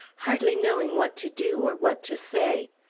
hardly knowing what to do, or what to say.